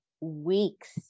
weeks